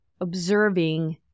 observing